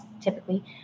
typically